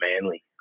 Manly